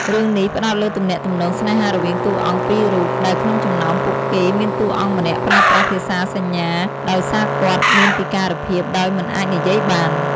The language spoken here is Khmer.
រឿងនេះផ្តោតលើទំនាក់ទំនងស្នេហារវាងតួអង្គពីររូប ដែលក្នុងចំណោមពួកគេមានតួរអង្គម្នាក់ប្រើប្រាស់ភាសាសញ្ញា ដោយសារគាត់មានពិការភាពដោយមិនអាចនិយាយបាន ។